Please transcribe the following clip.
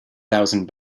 thousand